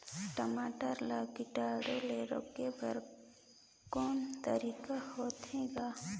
टमाटर ला कीटाणु ले रोके बर को तरीका होथे ग?